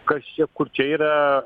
kas čia kur čia yra